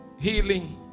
healing